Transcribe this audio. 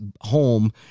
home